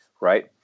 right